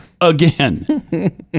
again